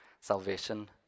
salvation